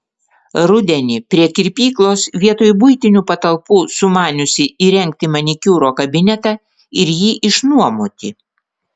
rudenį prie kirpyklos vietoj buitinių patalpų sumaniusi įrengti manikiūro kabinetą ir jį išnuomoti